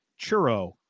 churro